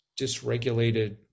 dysregulated